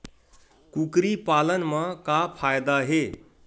कुकरी पालन म का फ़ायदा हे?